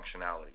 functionality